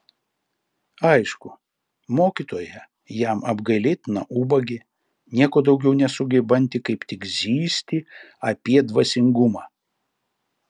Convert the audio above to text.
aišku mokytoja jam apgailėtina ubagė nieko daugiau nesugebanti kaip tik zyzti apie dvasingumą